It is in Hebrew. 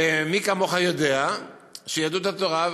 ומי כמוך יודע שיהדות התורה,